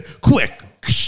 Quick